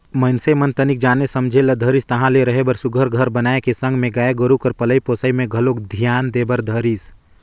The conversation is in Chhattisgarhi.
मइनसे मन तनिक जाने समझे ल धरिस ताहले रहें बर सुग्घर घर बनाए के संग में गाय गोरु कर पलई पोसई में घलोक धियान दे बर धरिस